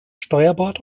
steuerbord